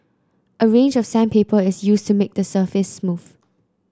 a range of sandpaper is used to make the surface smooth